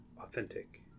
authentic